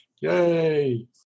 Yay